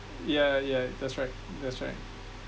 yeah yeah that's right that's right